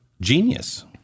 genius